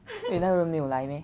eh 那个人没有来 meh